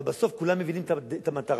אבל בסוף כולם מבינים את המטרה.